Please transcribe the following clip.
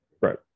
Right